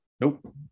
Nope